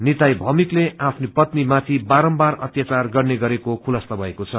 निताई भौमिकले आफ्नो पत्नीमाथि बारम्बार अत्यावार गर्ने गरेको खुलस्त भएको छ